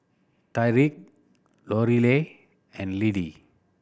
Tyriq Lorelai and Lidie